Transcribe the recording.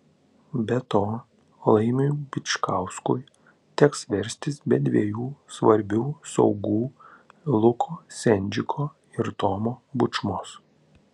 be to laimiui bičkauskui teks verstis be dviejų svarbių saugų luko sendžiko ir tomo bučmos